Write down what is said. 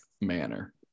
manner